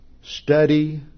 study